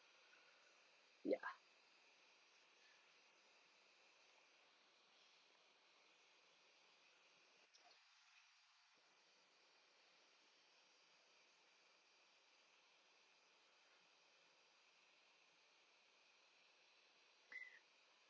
ya